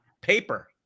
paper